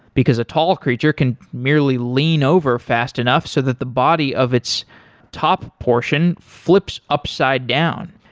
because a tall creature can merely lean over fast enough so that the body of its top portion flips upside down,